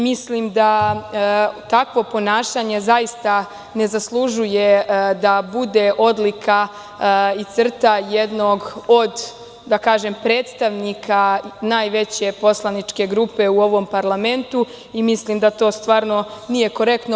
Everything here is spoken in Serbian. Mislim da takvo ponašanje zaista ne zaslužuje da bude odlika i crta jednog od predstavnika najveće poslaničke grupe u ovom parlamentu i mislim da to stvarno nije korektno.